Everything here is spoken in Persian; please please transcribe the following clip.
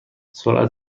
سرعت